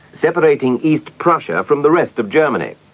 separating east prussia from the rest of germany.